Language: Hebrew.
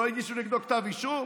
לא הגישו נגדו כתב אישום?